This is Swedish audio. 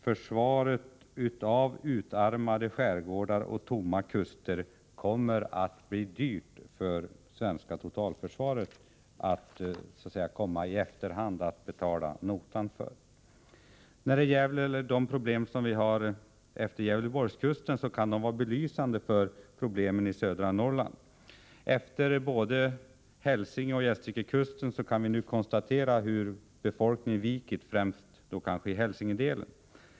Försvaret av utarmade skärgårdar och tomma kuster kommer att bli dyrt för det svenska totalförsvaret när man i efterhand skall betala notan. De problem vi har längs Gävleborgskusten kan vara belysande när det gäller problemen i södra Norrland. Vi kan nu konstatera hur befolkningen efter både Hälsingeoch Gästrikekusten nu vikit, kanske främst i Hälsingedelen.